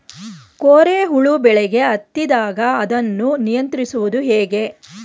ಕೋರೆ ಹುಳು ಬೆಳೆಗೆ ಹತ್ತಿದಾಗ ಅದನ್ನು ನಿಯಂತ್ರಿಸುವುದು ಹೇಗೆ?